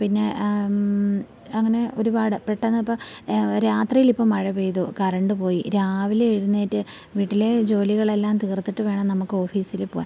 പിന്നെ അങ്ങനെ ഒരുപാട് പെട്ടെന്ന് ഇപ്പം രാത്രിയിൽ ഇപ്പം മഴ പെയ്തു കറണ്ട് പോയി രാവിലെ എഴുന്നേറ്റ് വീട്ടിലെ ജോലികളെല്ലാം തീർത്തിട്ട് വേണം നമ്മൾക്ക് ഓഫീസിൽ പോവാൻ